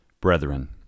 Brethren